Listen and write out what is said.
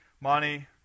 money